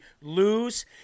lose